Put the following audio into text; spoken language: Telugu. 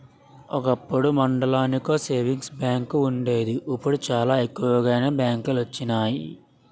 ఒకప్పుడు మండలానికో సేవింగ్స్ బ్యాంకు వుండేది ఇప్పుడు చాలా ఎక్కువగానే బ్యాంకులొచ్చినియి